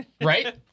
Right